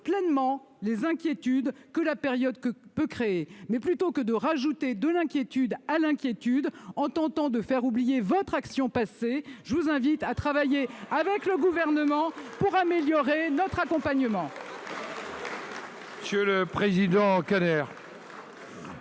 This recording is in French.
pleinement les inquiétudes que la période peut susciter. Mais plutôt que de rajouter de l'inquiétude à l'inquiétude en tentant de faire oublier votre action passée, ... Ayez de la mémoire !... je vous invite à travailler avec le Gouvernement pour améliorer notre accompagnement